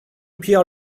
pierre